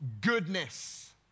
goodness